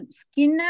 skin